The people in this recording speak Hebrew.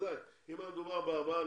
אם היו ארבעה אנשים,